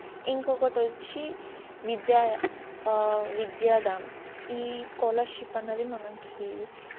ఇంకొకటి వచ్చి విద్య విద్యాదాన్ ఈ స్కాలర్షిప్ అన్నది మనకి